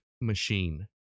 machine